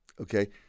okay